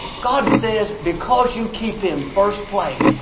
god says because you keep him first place,